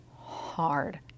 hard